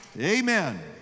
Amen